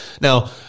Now